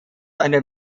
eine